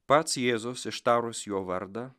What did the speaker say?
pats jėzus ištarus jo vardą